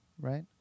right